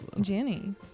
Jenny